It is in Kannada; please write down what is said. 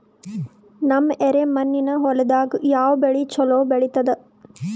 ನಮ್ಮ ಎರೆಮಣ್ಣಿನ ಹೊಲದಾಗ ಯಾವ ಬೆಳಿ ಚಲೋ ಬೆಳಿತದ?